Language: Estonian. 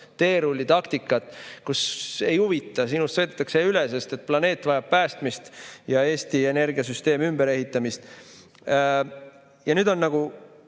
teerullitaktikat, kus ei huvita, sinust sõidetakse üle, sest planeet vajab päästmist ja Eesti energiasüsteem ümberehitamist. Praktikas